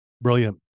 Brilliant